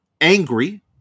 angry